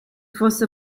fosse